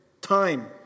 time